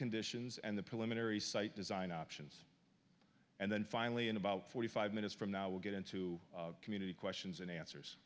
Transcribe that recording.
conditions and the preliminary site design options and then finally in about forty five minutes from now we'll get into community questions and answers